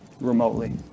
remotely